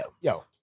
yo